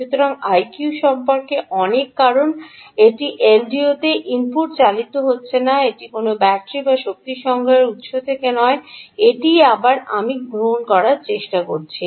সুতরাং আইকিউ সম্পর্কে অনেক কারণ এটি এলডিওতে ইনপুট চালিত হচ্ছে না এটি কোনও ব্যাটারি বা শক্তি সংগ্রহের উত্স থেকে নয় এটিই আবার আমি গ্রহণ করার চেষ্টা করছি